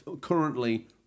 Currently